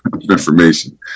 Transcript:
information